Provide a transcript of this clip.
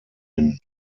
den